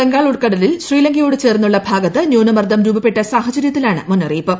ദക്ഷിണ ബംഗാൾ ഉൾക്കടലിൽ ശ്രീലങ്കയോട് ചേർന്നുള്ള ഭാഗത്ത് ന്യൂനമർദ്ദം രൂപപ്പെട്ട സാഹചര്യത്തിലാണ് മുന്നറിയിപ്പ്